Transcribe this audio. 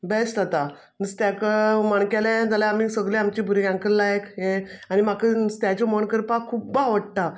best जाता नुस्त्याक हुमण केलें जाल्या आमी सगलीं आमची भुरग्यांक लायक हें आनी म्हाका नुस्त्याचें हुमण करपाक खुब्ब आवडटा